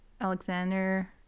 Alexander